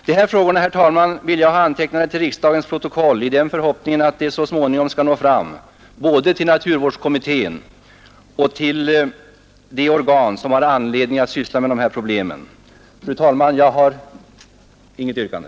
De här frågorna, fru talman, vill jag ha antecknade till riksdagens protokoll i den förhoppningen att de så småningom skall nå fram både till naturvårdskommittén och till de organ som har anledning att syssla med de här problemen. Fru talman! Jag har inget yrkande.